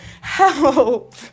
Help